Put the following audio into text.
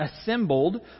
assembled